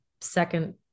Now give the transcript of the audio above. second